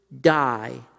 die